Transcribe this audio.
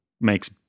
makes